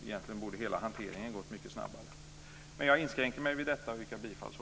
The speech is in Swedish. Egentligen borde hela hanteringen ha gått mycket snabbare. Med detta yrkar jag bifall till reservation nr 9.